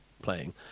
playing